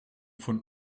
von